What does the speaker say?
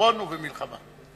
בדורון ובמלחמה.